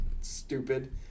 Stupid